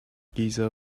giza